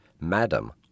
madam